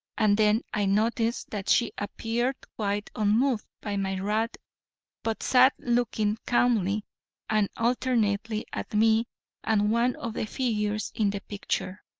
and then i noticed that she appeared quite unmoved by my wrath but sat looking calmly and alternately at me and one of the figures in the picture,